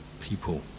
people